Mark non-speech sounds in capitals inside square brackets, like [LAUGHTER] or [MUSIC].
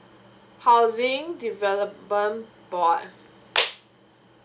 housing development board [NOISE]